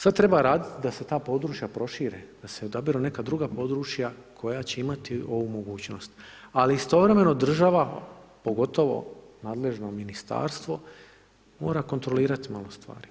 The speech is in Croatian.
Sad treba radit da se ta područja prošire, da se odaberu neka druga područja koja će imati ovu mogućnost, ali istovremeno država pogotovo nadležno ministarstvo mora kontrolirat malo stvari.